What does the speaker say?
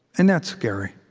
and that's scary.